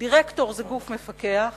דירקטור הוא גוף מפקח